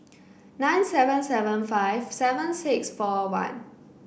nine seven seven five seven six four one